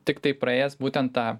tiktai praėjęs būtent tą